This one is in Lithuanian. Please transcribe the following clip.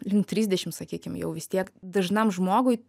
link trisdešim sakykim jau vis tiek dažnam žmogui